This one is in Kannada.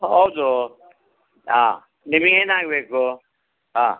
ಹೌದು ಹಾಂ ನಿಮಿಗೆ ಏನಾಗಬೇಕು ಹಾಂ